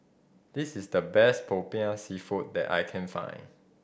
this is the best Popiah Seafood that I can find